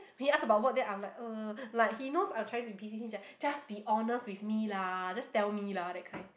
he asked about work then I was like uh like he knows I'm trying to beat him sia just be honest with me lah just tell me lah that kind